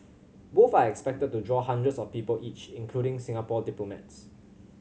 both are expected to draw hundreds of people each including Singapore diplomats